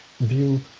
view